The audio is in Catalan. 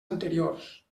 anteriors